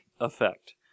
effect